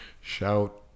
Shout